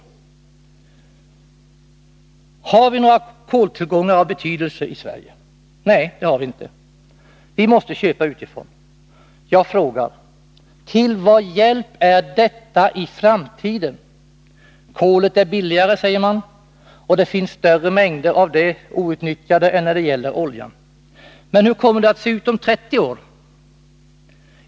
Har vi några koltillgångar av betydelse i Sverige? Nej, det har vi inte. Vi måste köpa utifrån. Jag frågar: Till vad hjälp är detta i framtiden? Kolet är billigare, säger man, och det finns större mängder outnyttjade av det än av oljan. Men hur kommer det att se ut om 30 år?